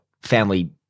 family –